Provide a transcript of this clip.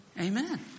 Amen